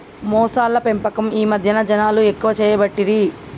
మొసళ్ల పెంపకం ఈ మధ్యన జనాలు ఎక్కువ చేయబట్టిరి